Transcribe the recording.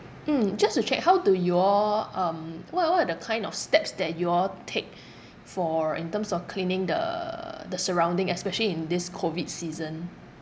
mm just to check how do you all um what what are the kind of steps that you all take for in terms of cleaning the the surrounding especially in this COVID season